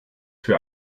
für